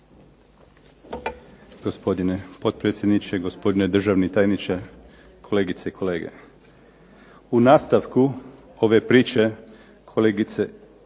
Hvala vam